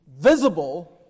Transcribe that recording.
visible